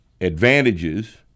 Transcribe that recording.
advantages